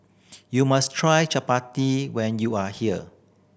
you must try chappati when you are here